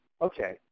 Okay